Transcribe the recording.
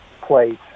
place